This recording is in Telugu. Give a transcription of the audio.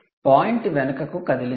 పాయింట్ వెనుకకు కదిలింది